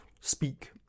speak